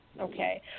Okay